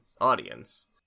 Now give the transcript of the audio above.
audience